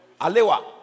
Alewa